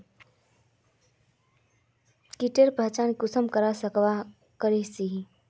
कीटेर पहचान कुंसम करे करवा सको ही?